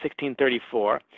1634